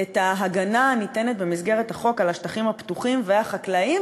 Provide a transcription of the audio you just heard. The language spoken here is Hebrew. את ההגנה הניתנת במסגרת החוק על השטחים הפתוחים והחקלאיים,